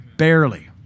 Barely